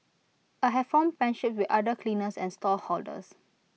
I have formed friendships with other cleaners and stallholders